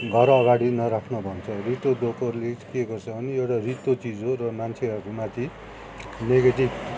घर अगाडि नराख्नु भन्छ रित्तो डोकोहरूले के गर्छ भने एउटा रित्तो चिज हो र मान्छेहरू माथि नेगेटिभ